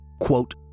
quote